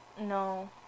No